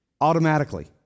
Automatically